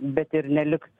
bet ir neliks